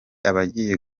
abagiye